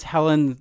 Helen